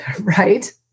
Right